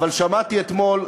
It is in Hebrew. אבל שמעתי אתמול,